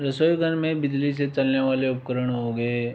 रसोई घर में बिजली से चलने वाले उपकरण हो गए